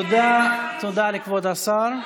תודה לכבוד השר.